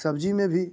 सब्जी में भी